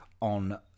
on